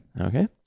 Okay